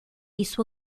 isso